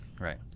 Right